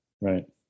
Right